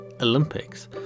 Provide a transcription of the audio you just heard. olympics